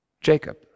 Jacob